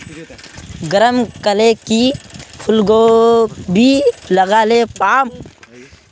गरम कले की फूलकोबी लगाले पाम?